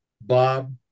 Bob